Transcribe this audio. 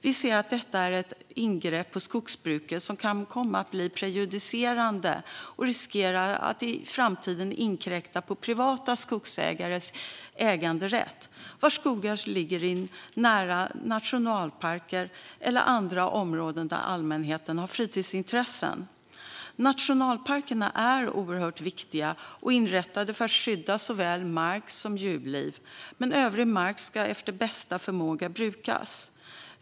Vi ser att detta är ett ingrepp på skogsbruket som kan komma att bli prejudicerande och riskera att i framtiden inkräkta på privata skogsägares äganderätt, vars skogar ligger nära nationalparker eller andra områden där allmänheten har fritidsintressen. Nationalparkerna är oerhört viktiga och inrättade för att skydda såväl mark som djurliv, men övrig mark ska efter bästa förmåga brukas.